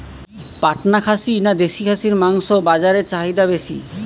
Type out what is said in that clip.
পাটনা খাসি না দেশী খাসির মাংস বাজারে চাহিদা বেশি?